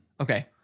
Okay